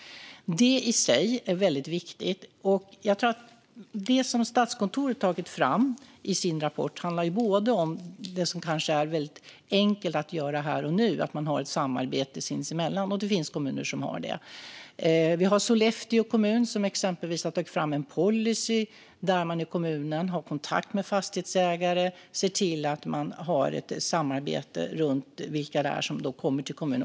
Det i sig är väldigt viktigt. Det som Statskontoret har tagit fram i sin rapport handlar delvis om det som kanske är väldigt enkelt att göra här och nu - att man har ett samarbete sinsemellan. Det finns kommuner som har det. Sollefteå kommun har exempelvis tagit fram en policy där man i kommunen har kontakt med fastighetsägare och ser till att man har ett samarbete runt vilka det är som kommer till kommunen.